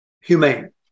humane